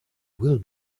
will